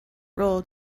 role